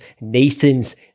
nathan's